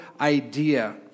idea